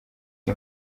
iyi